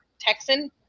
Texan